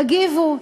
תגיבו,